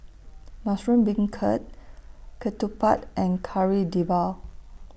Mushroom Beancurd Ketupat and Kari Debal